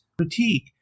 critique